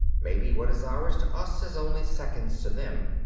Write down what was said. maybe what is hours to us is only seconds to them.